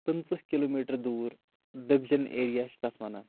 پٕنژٕہ kilometre دور دٔبجٮ۪ن ایریا چھِ تتھ وَنان